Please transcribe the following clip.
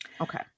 okay